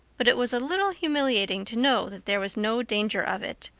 but it was a little humiliating to know that there was no danger of it.